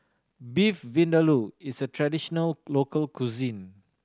Beef Vindaloo is a traditional local cuisine